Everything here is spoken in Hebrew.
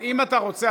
אם אתה רוצה,